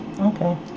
Okay